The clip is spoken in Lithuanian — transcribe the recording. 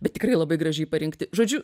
bet tikrai labai gražiai parinkti žodžiu